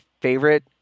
favorite